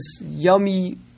yummy